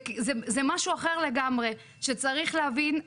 זה משהו אחר לגמרי שצריך להבין,